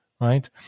right